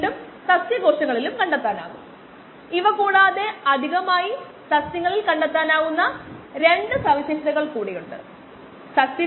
5 മണിക്കൂർ ഇൻവേഴ്സാണ്